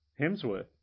Hemsworth